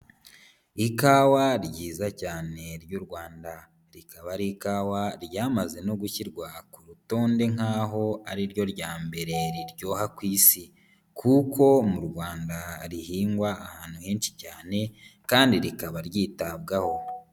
Ikawa ryiza cyane ry'u Rwanda rikaba ari ikawa ryamaze no gushyirwa ku rutonde nk'aho ari ryo rya mbere riryoha ku Isi kuko mu Rwanda rihingwa ahantu henshi cyane kandi rikaba ryitabwaho.